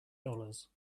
dollars